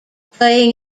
playing